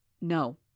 No